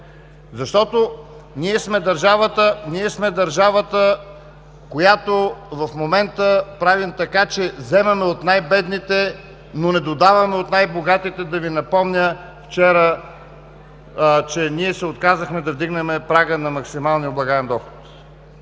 доход. Ние сме държавата, в която в момента прави така, че вземаме от най-бедните, но не додаваме от най-богатите. Да Ви напомня вчера, че ние се отказахме да вдигнем прага на максималния облагаем доход.